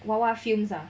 哇哇 fumes are